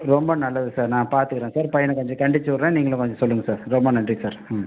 ரொம்ப நல்லது சார் நான் பார்த்துக்குறேன் சார் பையனை கொஞ்சம் கண்டித்து விடுறேன் நீங்களும் கொஞ்சம் சொல்லுங்கள் சார் ரொம்ப நன்றி சார் ம்